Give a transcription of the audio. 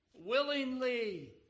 willingly